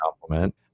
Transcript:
compliment